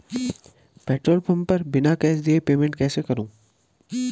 Petrol pump पर बिना cash दिए पेमेंट कैसे करूँ?